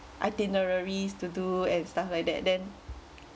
itineraries to do and stuff like that then